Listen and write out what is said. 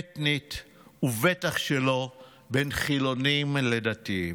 אתנית ובטח שלא בין חילונים לדתיים.